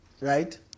right